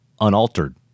unaltered